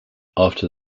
after